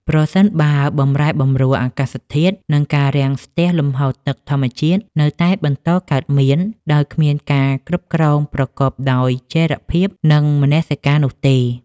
ប្រសិនបើបម្រែបម្រួលអាកាសធាតុ និងការរាំងស្ទះលំហូរទឹកធម្មជាតិនៅតែបន្តកើតមាន ដោយគ្មានការគ្រប់គ្រងប្រកបដោយចីរភាព និងមនសិការនោះទេ។